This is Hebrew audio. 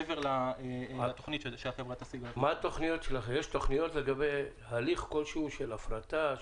מעבר לתוכנית שהחברה --- יש תוכניות לגבי הליך כלשהו של הפרטה?